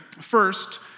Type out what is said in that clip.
First